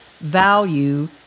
value